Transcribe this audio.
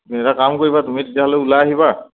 এটা কাম কৰিবা তুমি তেতিয়াহ'লে ওলাই আহিবা